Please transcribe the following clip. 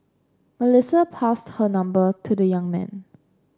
Melissa passed her number to the young man